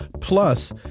plus